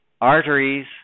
Arteries